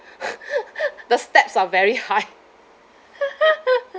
the steps are very high